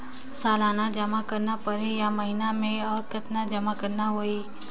सालाना जमा करना परही या महीना मे और कतना जमा करना होहि?